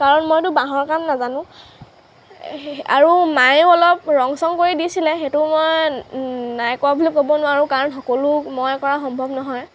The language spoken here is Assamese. কাৰণ মইতো বাঁহৰ কাম নাজানো আৰু মায়েও অলপ ৰং চং কৰি দিছিলে সেইটো মই নাই কৰা বুলি ক'ব নোৱাৰোঁ কাৰণ সকলো মই কৰা সম্ভৱ নহয়